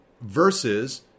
versus